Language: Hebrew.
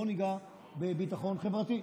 בואו ניגע בביטחון חברתי.